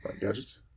gadgets